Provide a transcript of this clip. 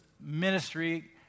ministry